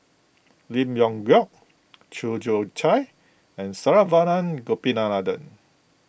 Lim Leong Geok Chew Joo Chiat and Saravanan Gopinathan